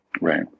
Right